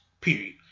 period